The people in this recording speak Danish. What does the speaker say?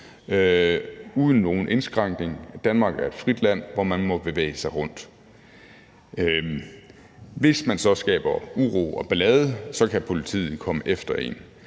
uden nogen indskrænkning. Danmark er et frit land, hvor man må bevæge sig rundt. Hvis man så skaber uro og ballade, kan politiet kom efter en.